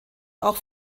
auch